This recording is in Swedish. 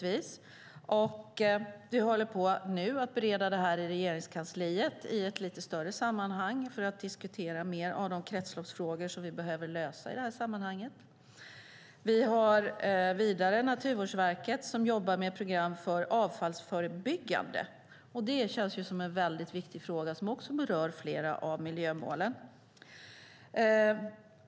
Vi håller nu på att bereda detta i Regeringskansliet i ett lite större sammanhang för att diskutera mer av de kretsloppsfrågor som vi behöver lösa. Vidare jobbar Naturvårdsverket med program för avfallsförebyggande, och det känns som en väldigt viktig fråga som också berör flera av miljömålen.